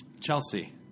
Chelsea